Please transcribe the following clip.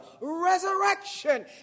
resurrection